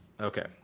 Okay